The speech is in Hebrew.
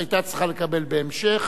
היתה צריכה לקבל בהמשך,